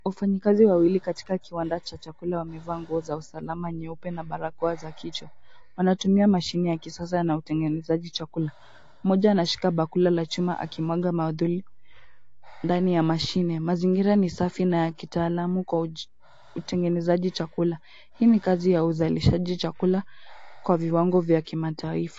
Wafanyikazi wawili katika kiwanda cha chakula wamevaa nguo za usalama nyeupe na barakoa za kichwa. Wanatumia mashine ya kisasa na utengenezaji chakula. Mmoja anashika bakuli la chuma akimwaga maadhuli ndani ya mashine. Mazingira ni safi na kitaalam kwa utengenezaji chakula. Hii ni kazi ya uzalishaji chakula kwa viwango vya kimataifa.